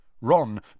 Ron